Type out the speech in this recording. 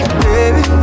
Baby